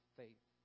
faith